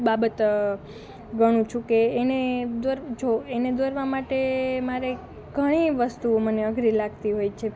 બાબત ગણું છું કે એને જો એને દોરવાં માટે મારે ઘણી વસ્તુઓ મને અઘરી લાગતી હોય છે